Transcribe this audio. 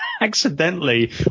accidentally